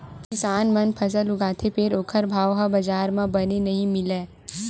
किसान मन फसल उगाथे फेर ओखर भाव ह बजार म बने नइ मिलय